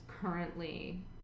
currently